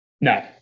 No